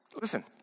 Listen